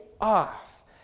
off